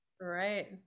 Right